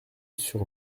sur